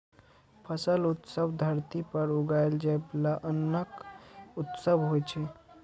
फसल उत्सव धरती पर उगाएल जाइ बला अन्नक उत्सव होइ छै